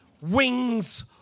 wings